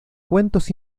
cuentos